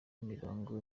imirongo